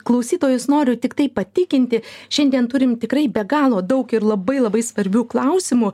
klausytojus noriu tiktai patikinti šiandien turim tikrai be galo daug ir labai labai svarbių klausimų